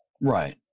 Right